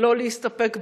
לא להסתפק במלים,